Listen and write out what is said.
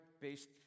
based